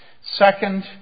Second